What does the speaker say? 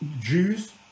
Jews